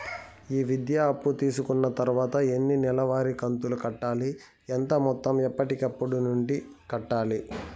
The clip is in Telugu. ఈ విద్యా అప్పు తీసుకున్న తర్వాత ఎన్ని నెలవారి కంతులు కట్టాలి? ఎంత మొత్తం ఎప్పటికప్పుడు నుండి కట్టాలి?